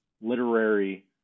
literary